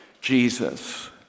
Jesus